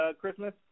Christmas